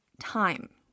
time